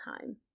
time